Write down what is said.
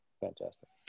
fantastic